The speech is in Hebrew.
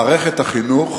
מערכת החינוך